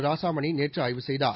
ராசாமணி நேற்று ஆய்வு செய்தார்